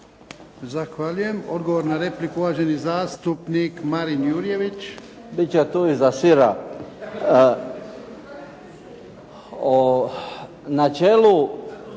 Zahvaljujem. Odgovor na repliku uvaženi zastupnik Marin Jurjević. Izvolite.